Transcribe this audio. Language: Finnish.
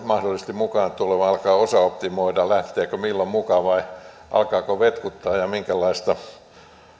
mahdollisesti mukaan tuleva organisaatio alkaa osaoptimoida lähteekö milloin mukaan vai alkaako vetkuttaa ja minkälaista